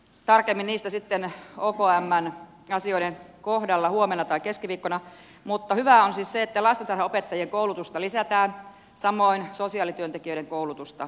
tarkemmin niistä sitten okmn asioiden kohdalla huomenna tai keskiviikkona mutta hyvää on siis se että lastentarhanopettajien koulutusta lisätään samoin sosiaalityöntekijöiden koulutusta